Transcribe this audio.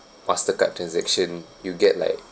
mastercard transaction you get like